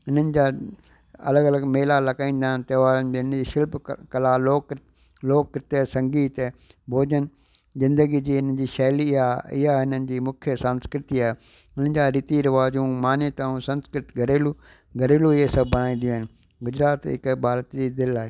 इन्हनि जा अलॻि अलॻि मेला लॻाईंदा आहिनि त्योहारनि में शिल्पकला लोक लोकनृत्य संगीत भोॼन जिन्दगी जी इन्हनि जी शैली आहे इहा इन्हनि जी मुख्यु संस्कृती आहे उन्हनि जा रीति रिवाजूं मान्यताऊं संस्कृत घरेलू घरेलू इअं सभु आहिनि ई आहिनि गुजरात हिकु भारत जी दिलि आहे